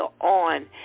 on